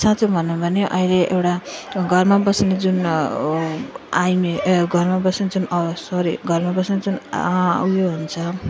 साँचो भनौँ भने अहिले एउटा घरमा बस्ने जुन आइमाई घरमा बस्ने जुन सरी घरमा बस्ने जुन उयो हुन्छ